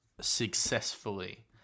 successfully